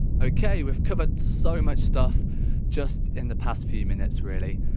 okay we've covered so much stuff just in the past few minutes really.